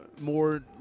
more